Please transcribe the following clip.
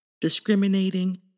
discriminating